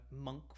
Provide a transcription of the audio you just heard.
monk